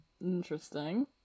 Interesting